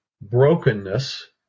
brokenness